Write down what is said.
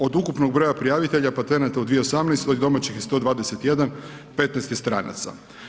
Od ukupnog broja prijavitelja patenata u 2018. domaćih je 121, 15 je stranaca.